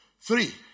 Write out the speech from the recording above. Three